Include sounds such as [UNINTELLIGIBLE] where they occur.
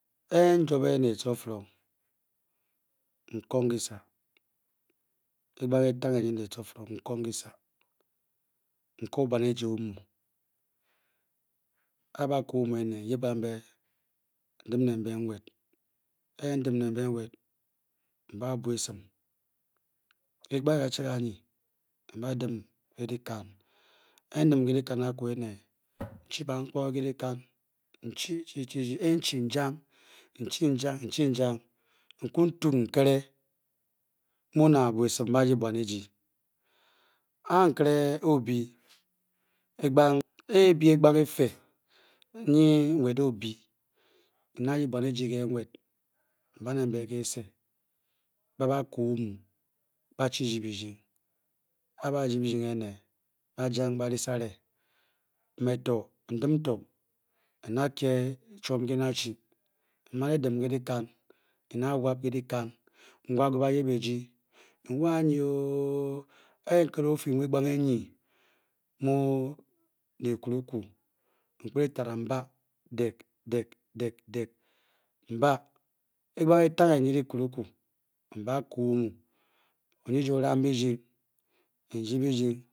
A n-jwobe nencoforong n-kong ny kyise ke egbong etange nyi dyioforang n-kong kyisa n-ke bwoo eji omu, n-yip kambe n-dim ne mbe nwet a m-bwa esin ke egbang kachat kanyii m-badim ke dyikan, a n-dim ke dyikaa aku ene [NOISE] n-chi bamkponge aku ke dyikan n-chi duchi chi a n-chi n-ja ng. n-chi n-jang n-chi n-tun n nkere my n da bive esim n-da-yip bwon eji a nkere oo-byi a-kyi-byi egbang efec nyi nwet oo-byi n-dayip bwan eji ke nwet m-ba ne mbe ke kyise bn-bakaa oma, ba-chiryi byirying A ba-chiryi byirying ba-jang ba-ce san nleto n-dim [UNINTELLIGIBLE] n-dakye chwom nkyi nda elu m-man edim ke dyikan ntang oto n-dem ke bayeg eji m-dawop A N-waa onyi ooo a nkere mu dyikuruku drinty kyi-ku kyi-ca. dyikuruku m-kpet eceo m-ba dek dek dek A n-fyi egbang etange nyi dyikuruku, m-bakoo omu onyi eji o-ram byieying, byi-ryi